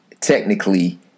technically